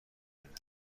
کنیم